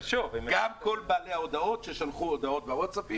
--- גם כל בעלי ההודעות ששלחו הודעות בוואטסאפים